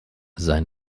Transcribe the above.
sein